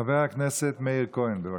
חבר הכנסת מאיר כהן, בבקשה.